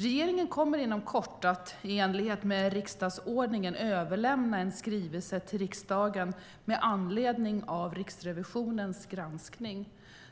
Regeringen kommer inom kort att i enlighet med riksdagsordningen överlämna en skrivelse till riksdagen med anledning av Riksrevisionens granskning.